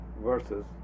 versus